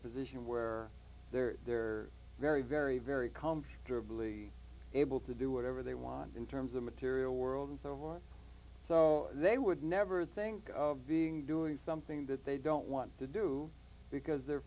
a position where they're they're very very very comfortably able to do whatever they want in terms of material world and so forth so they would never think of being doing something that they don't want to do because they're